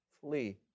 flee